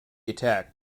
attack